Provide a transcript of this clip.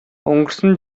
өнгөрсөн